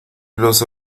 los